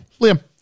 Liam